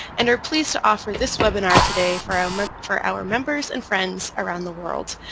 and are pleased to offer this webinar today for our um for our members and friends around the world.